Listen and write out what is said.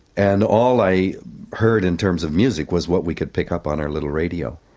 and all i heard in terms of music was what we could pick up on our little radio.